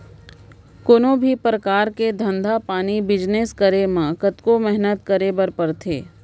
कोनों भी परकार के धंधा पानी बिजनेस करे म कतको मेहनत करे बर परथे